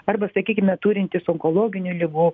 arba sakykime turintys onkologinių ligų